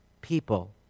people